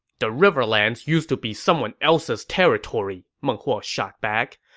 the riverlands used to be someone else's territory, meng huo shot back.